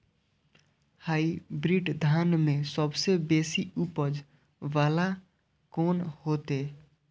Hybrid धान में सबसे बेसी उपज बाला कोन हेते?